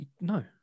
no